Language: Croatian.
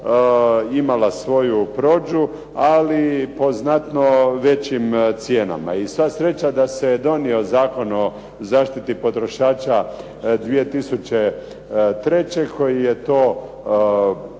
imala svoju prođu ali po znatno većim cijenama. I sva sreća da se donio Zakon o zaštiti potrošača 2003. koji je to počeo